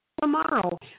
tomorrow